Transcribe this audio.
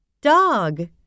dog